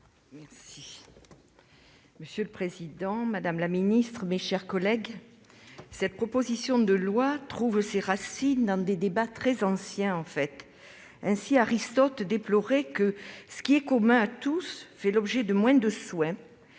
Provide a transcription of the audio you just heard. Varaillas. Monsieur le président, madame la ministre, mes chers collègues, cette proposition de loi trouve ses racines dans des débats très anciens. Ainsi, Aristote déplorait que :« Ce qui est commun à tous fait l'objet de moins de soins,